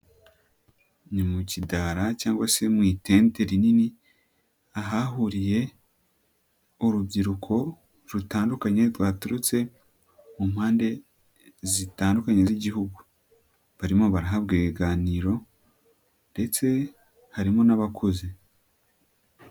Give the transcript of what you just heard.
Ni mu kidara cyangwa se mu itente rinini, ahahuriye urubyiruko rutandukanye rwaturutse mu mpande zitandukanye z'Igihugu, barimo barahabwa ibiganiro ndetse harimo n'abakozi.